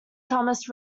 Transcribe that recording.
thomas